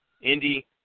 Indy